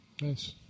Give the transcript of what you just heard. Nice